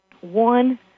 One